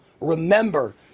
Remember